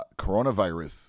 coronavirus